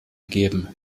geben